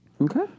Okay